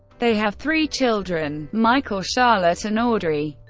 they have three children michael, charlotte, and audrey.